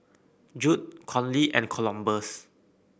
Judd Conley and Columbus